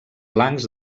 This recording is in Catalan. blancs